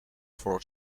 for